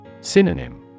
Synonym